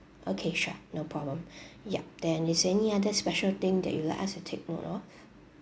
okay sure no problem yup then is there any other special thing that you like us to take note of